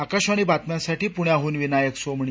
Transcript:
आकाशवाणी बातम्यांसाठी पुण्याहून विनायक सोमणी